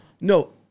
no